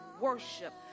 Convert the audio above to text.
worship